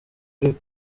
uri